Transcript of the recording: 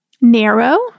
narrow